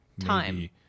time